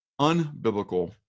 unbiblical